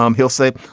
um he'll say,